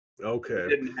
okay